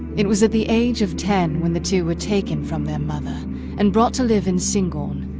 it was at the age of ten when the two were taken from their mother and brought to live in syngorn,